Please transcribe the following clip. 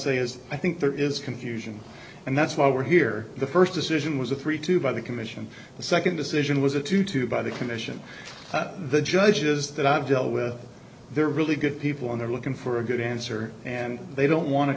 say is i think there is confusion and that's why we're here the first decision was a three two by the commission the second decision was a two two by the commission that the judges that i've dealt with they're really good people and they're looking for a good answer and they don't want to